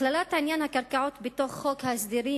הכללת עניין הקרקעות בתוך חוק ההסדרים